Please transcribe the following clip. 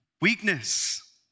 weakness